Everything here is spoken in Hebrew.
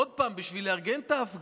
עוד פעם, בשביל לארגן את ההפגנות,